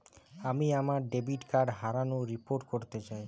আমি আমার debit card হারানোর রিপোর্ট করতে চাই